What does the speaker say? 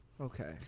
Okay